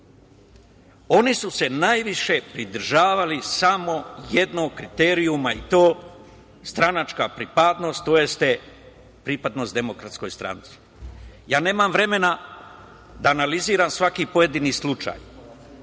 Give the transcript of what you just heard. Oni su se najviše pridržavali samo jednog kriterijuma i to jeste stranačka pripadnost, tj. pripadnost Demokratskoj stranci. Nemam vremena da analiziram svaki pojedini slučaj,